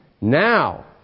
Now